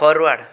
forward